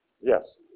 Yes